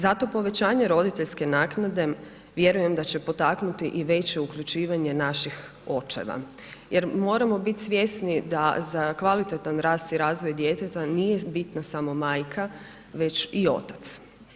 Zato povećanje roditeljske naknade vjerujem da će potaknuti i veće uključivanje naših očeva jer moramo biti svjesni da za kvalitetan rast i razvoj djeteta nije bitna samo majka već i otac.